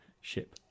ship